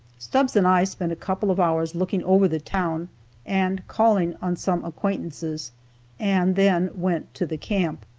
stubbs and i spent a couple of hours looking over the town and calling on some acquaintances and then went to the camp.